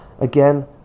again